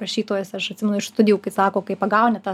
rašytojas aš atsimenu iš studijų kai sako kai pagauni tą